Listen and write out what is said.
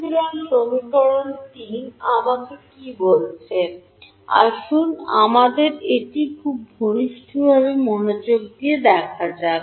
সুতরাং সমীকরণ 3 আমাকে কি বলছে আসুন আমাদের এটি খুব ঘনিষ্ঠ মনোযোগ দেওয়া যাক